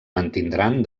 mantindran